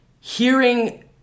Hearing